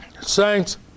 Saints